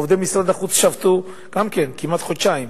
עובדי משרד החוץ שבתו גם כן כמעט חודשיים,